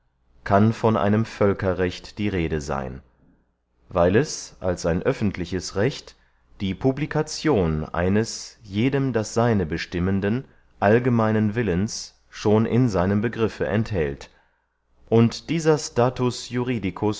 kann von einem völkerrecht die rede seyn weil es als ein öffentliches recht die publication eines jedem das seine bestimmenden allgemeinen willens schon in seinem begriffe enthält und dieser status